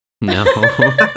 No